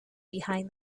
behind